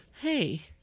Hey